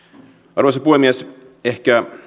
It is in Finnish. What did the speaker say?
arvoisa puhemies ehkä